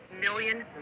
million